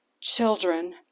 children